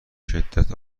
شدت